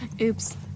oops